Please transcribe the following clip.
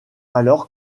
alors